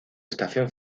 estación